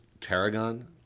tarragon